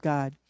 God